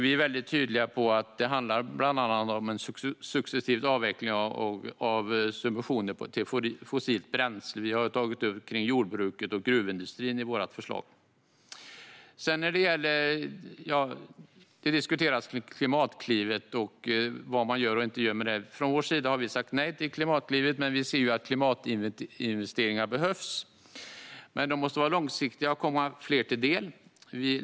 Vi är tydliga med att det bland annat handlar om en successiv avveckling av subventioner till fossilt bränsle; vi har tagit upp jordbruket och gruvindustrin i vårt förslag. När det sedan gäller diskussionerna om Klimatklivet och vad man gör och inte gör i det sammanhanget har vi från vår sida sagt nej till Klimatklivet. Vi ser att klimatinvesteringar behövs, men de måste vara långsiktiga och komma fler till del.